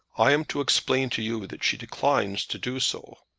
i am to explain to you that she declines to do so.